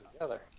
together